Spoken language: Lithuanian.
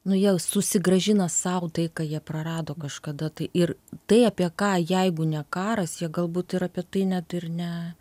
nu jie susigrąžina sau tai ką jie prarado kažkada tai ir tai apie ką jeigu ne karas jie galbūt ir apie tai net ir ne